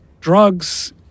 drugs